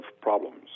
problems